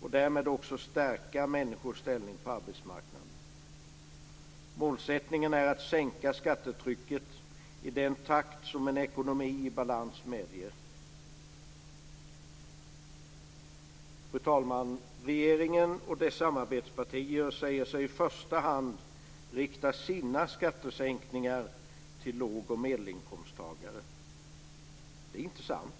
och därmed stärka människors ställning på arbetsmarknaden. Målsättningen är att sänka skattetrycket i den takt en ekonomi i balans medger. Fru talman! Regeringen och dess samarbetspartier säger sig i första hand rikta sina skattesänkningar till låg och medelinkomsttagare. Det är inte sant.